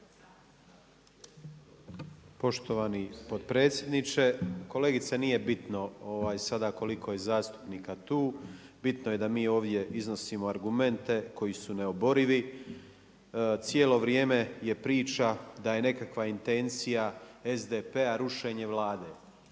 Poštovani potpredsjedniče. Kolegice nije bitno sada koliko je zastupnika tu, bitno je da mi ovdje iznosimo argumente koji su neoborivi. Cijelo vrijeme je priča da je nekakva intencija SDP-a rušenje Vlade.